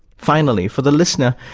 finally, for the listener,